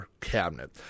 cabinet